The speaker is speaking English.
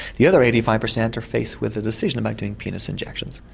the other eighty five percent are faced with a decision about doing penis injections.